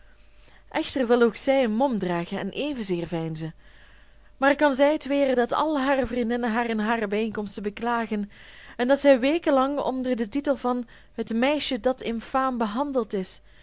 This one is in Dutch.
echter wil ook zij een mom dragen en evenzeer veinzen maar kan zij het weren dat al hare vriendinnen haar in hare bijeenkomsten beklagen en dat zij weken lang onder den titel van het meisje dat infaam behandeld is